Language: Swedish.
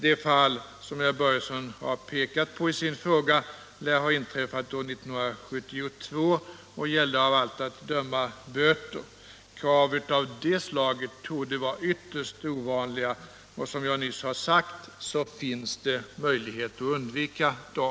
Det fall som herr Börjesson har pekat på i sin fråga lär ha inträffat år 1972 och gällde av allt att döma böter. Krav av detta slag torde vara ytterst ovanliga. Som jag nyss har sagt finns möjlighet att undvika dem.